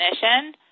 definition